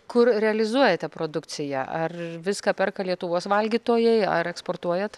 kur realizuojate produkciją ar viską perka lietuvos valgytojai ar eksportuojat